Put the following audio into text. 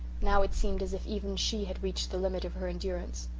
now it seemed as if even she had reached the limit of her endurance.